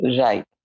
right